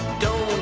don't,